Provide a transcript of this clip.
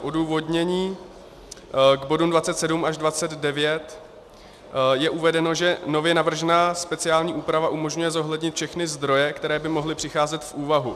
V odůvodnění k bodům 27 až 29 je uvedeno, že nově navržená speciální úprava umožňuje zohlednit všechny zdroje, které by mohly přicházet v úvahu.